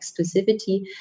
exclusivity